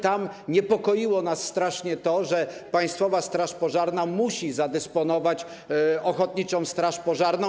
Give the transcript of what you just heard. Tam niepokoiło nas strasznie to, że Państwowa Straż Pożarna musi zadysponować ochotniczą straż pożarną.